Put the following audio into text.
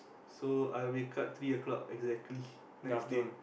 so I wake up three o-clock exactly next day